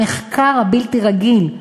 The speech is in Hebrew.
המחקר הבלתי-רגיל,